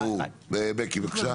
ברור בקי בבקשה.